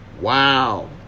wow